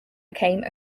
became